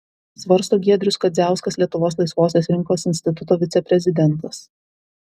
svarsto giedrius kadziauskas lietuvos laisvosios rinkos instituto viceprezidentas